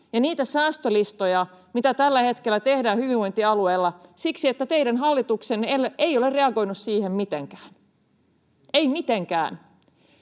ja niitä säästölistoja, mitä tällä hetkellä tehdään hyvinvointialueilla siksi, että teidän hallituksenne ei ole reagoinut siihen mitenkään — ei mitenkään.